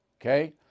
okay